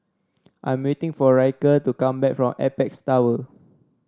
I'm waiting for Ryker to come back from Apex Tower